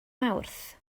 mawrth